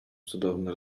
cudowny